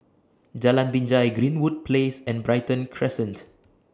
Jalan Binjai Greenwood Place and Brighton Crescent